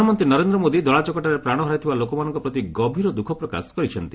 ପ୍ରଧାନମନ୍ତ୍ରୀ ନରେନ୍ଦ୍ର ମୋଦି ଦଳାଚକଟାରେ ପ୍ରାଣହରାଇ ଥିବା ଲୋକମାନଙ୍କ ପ୍ରତି ଗଭୀର ଦୁଃଖ ପ୍ରକାଶ କରିଛନ୍ତି